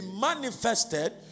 manifested